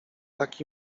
tak